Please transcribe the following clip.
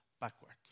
backwards